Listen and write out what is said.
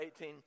18